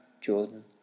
Jordan